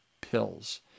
pills